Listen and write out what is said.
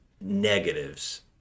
negatives